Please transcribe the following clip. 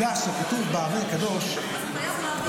אתה יודע, כתוב באר"י הקדוש שקרח,